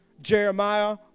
Jeremiah